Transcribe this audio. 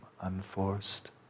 unforced